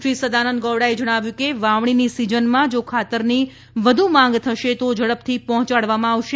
શ્રી સદાનંદ ગૌડાએ જણાવ્યું કે વાવણીની સિઝનમાં જો ખાતરની વધુ માંગ થશે તો ઝડપથી પહોંચાડવામાં આવશે